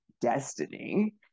destiny